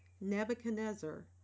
Nebuchadnezzar